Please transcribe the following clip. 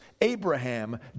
Abraham